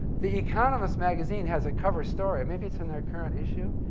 the economist magazine has a cover story, maybe it's in their current issue,